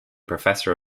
professor